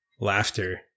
laughter